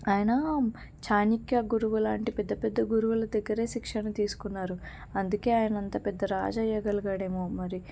ఆయన చాణిక్య గురువులాంటి పెద్ద పెద్ద గురువుల దగ్గరే శిక్షణ తీసుకున్నారు అందుకే ఆయన అంత పెద్ద రాజయ్యగలిగాడేమో మరి